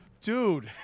Dude